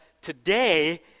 today